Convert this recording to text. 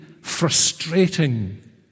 frustrating